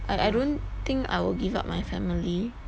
I I don't think I will give up my family